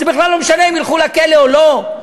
זה בכלל לא משנה אם ילכו לכלא או לא.